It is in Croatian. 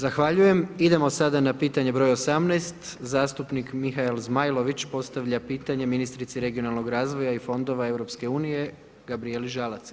Zahvaljujem idemo sada na pitanje broj 18. zastupnik Mihael Zmajlović, postavlja pitanje ministrici regionalnog razvoja i fondova EU Gabrijeli Žalac.